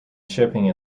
shipping